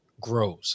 grows